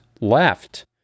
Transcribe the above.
left